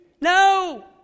No